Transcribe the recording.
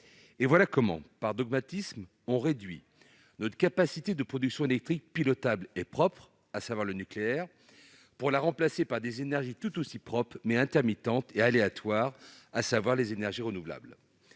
Voilà comment, par dogmatisme, on réduit notre capacité de production électrique pilotable et propre, à savoir le nucléaire, pour la remplacer par des énergies tout aussi propres mais intermittentes et aléatoires, à savoir les énergies renouvelables,